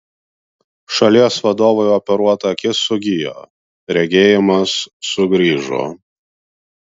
šalies vadovui operuota akis sugijo regėjimas sugrįžo